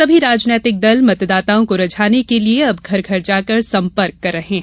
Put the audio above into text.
सभी राजनैतिक दल मतदाताओं को रिझाने के लिए अब घर घर जाकर संपर्क कर रहे हैं